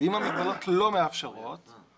ואם המגבלות לא מאפשרות,